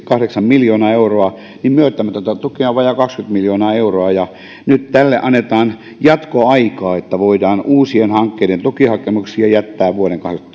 kahdeksan miljoonaa euroa niin myöntämätöntä tukea on vajaa kaksikymmentä miljoonaa euroa nyt tälle annetaan jatkoaikaa niin että voidaan uusien hankkeiden tukihakemuksia jättää vuoden